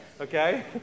okay